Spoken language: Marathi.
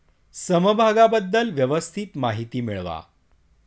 समभागाबद्दल व्यवस्थित माहिती मिळवा